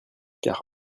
car